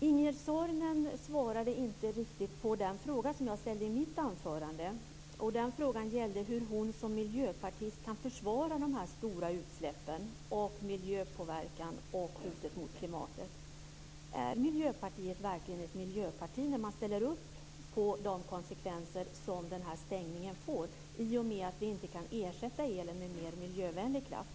Ingegerd Saarinen svarade inte riktigt på den fråga som jag ställde i mitt anförande, och den frågan gällde hur hon som miljöpartist kan försvara de stora utsläppen, miljöpåverkan och hotet mot klimatet. Är Miljöpartiet verkligen ett miljöparti när man ställer upp på de konsekvenser som den här stängningen får, i och med att vi inte kan ersätta elen med mer miljövänlig kraft?